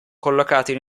collocati